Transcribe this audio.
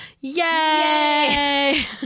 Yay